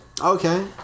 Okay